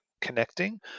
connecting